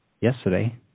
yesterday